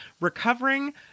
recovering